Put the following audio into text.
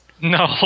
No